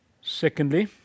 Secondly